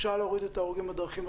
אפשר להוריד את מספר ההרוגים בדרכים,